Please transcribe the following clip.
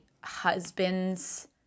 husband's